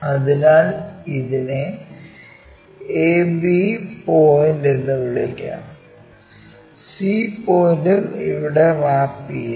അതിനാൽ ഇതിനെ ab പോയിന്റും എന്ന് വിളിക്കാം c പോയിന്റും അവിടെ മാപ്പ് ചെയ്യുന്നു